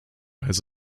has